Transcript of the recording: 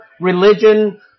religion